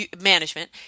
management